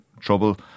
trouble